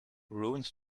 ruins